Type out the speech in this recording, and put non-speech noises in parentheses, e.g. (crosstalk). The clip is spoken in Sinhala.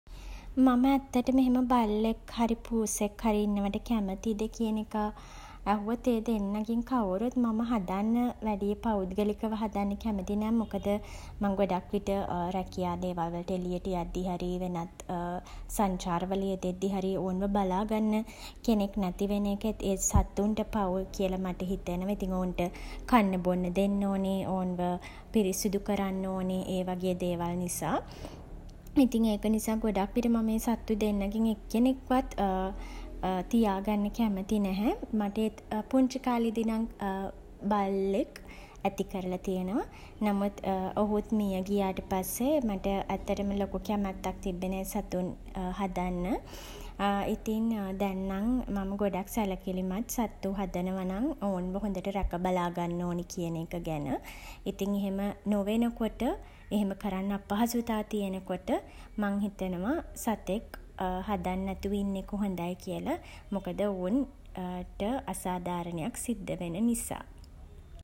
මම ඇත්තටම එහෙම බල්ලෙක් හරි (hesitation) පූසෙක් හරි ඉන්නවට කැමතිද කියන එක (hesitation) ඇහුවොත් (hesitation) ඒ දෙන්නගෙන් කවුරුත් මම හදන්න (hesitation) වැඩිය පෞද්ගලිකව හදන්න (hesitation) කැමති නෑ. මොකද මං ගොඩක් විට රැකියා දේවල් වලට එළියට යද්දී හරි (hesitation) සංචාර වල යෙදෙද්දි හරි (hesitation) ඔවුන්ව බලා ගන්න (hesitation) කෙනෙක් නැති වෙන එක (hesitation) ඒ සතුන්ට පව් කියල මට හිතෙනවා. ඉතින් ඔවුන්ට (hesitation) කන්න බොන්න දෙන්න ඕනේ. ඔවුන්ව (hesitation) පිරිසිදු කරන්න ඕනේ (hesitation) ඒ වගේ දේවල් නිසා. ඉතින් ඒක නිසා ගොඩක් විට මම ඒ සත්තු දෙන්නගෙන් එක්කෙනෙක්වත් (hesitation) තියා ගන්න කැමති නැහැ. මට ඒත් (hesitation) පුංචි කාලෙදි නම් (hesitation) බල්ලෙක් (hesitation) ඇති කරලා තියෙනවා. නමුත් (hesitation) ඔහුත් මිය ගියාට පස්සේ (hesitation) මට ඇත්තටම ලොකු කැමැත්තක් තිබ්බේ නෑ සතුන් හදන්න. ඉතින් (hesitation) දැන් නම් මං ගොඩක් සැලකිලිමත් සත්තු හදනවා නම් (hesitation) ඔවුන්ව හොඳින් රැක බලා ගන්න ඕනේ කියන එක ගැන. ඉතින් එහෙම නොවෙන කොට (hesitation) එහෙම කරන්න අපහසුතා තියෙන කොට (hesitation) මම හිතනවා (hesitation) සතෙක් හදන් නැතුව ඉන්න එක (hesitation) හොඳයි කියලා. මොකද ඔවුන් (hesitation) ට අසාදාරණයක් සිද්ද වෙන නිසා.